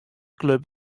klup